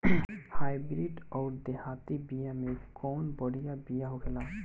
Hybrid अउर देहाती बिया मे कउन बढ़िया बिया होखेला?